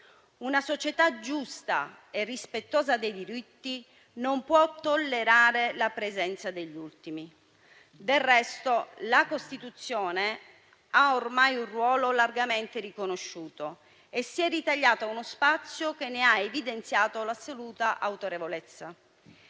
Una società giusta e rispettosa dei diritti non può tollerare la presenza degli ultimi. Del resto, la Commissione ha ormai un ruolo largamente riconosciuto e si è ritagliata uno spazio che ne ha evidenziato l'assoluta autorevolezza.